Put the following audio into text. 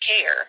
care